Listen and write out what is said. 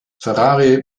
ferrari